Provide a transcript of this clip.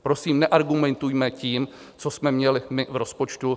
Prosím, neargumentujme tím, co jsme měli my v rozpočtu.